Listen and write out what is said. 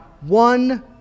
one